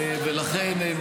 לכן,